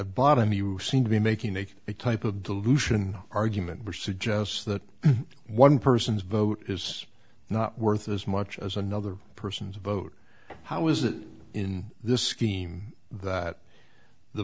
bottom you seem to be making a type of delusion argument for suggests that one person's vote is not worth as much as another person's vote how is it in this scheme that the